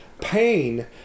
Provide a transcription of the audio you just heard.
pain